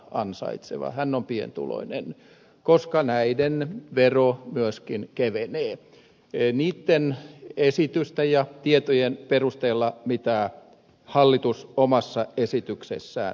hän on pientuloinen koska hänen veronsa myöskin kevenee niitten esitysten ja tietojen perusteella mitä hallitus omassa esityksessään esittää